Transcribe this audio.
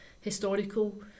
historical